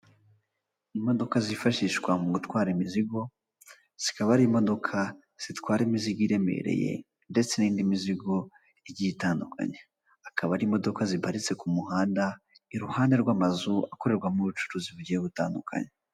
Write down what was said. Imodoka zifashishwa mu gutwara imizigo zikaba ari imodoka zitwara imizigo iremereye ndetse n'indi mizigo igiye itandukanye hakaba hari imodoka ziparitse ku muhanda iruhande rw'amazu akorerwamo ubucuruzi bugiye butandukanye.